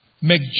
make